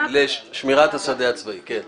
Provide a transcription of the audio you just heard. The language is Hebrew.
לשמירת השדה הצבאי, כן.